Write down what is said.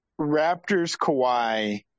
Raptors-Kawhi